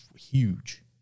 huge